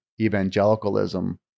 evangelicalism